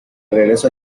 regreso